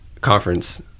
conference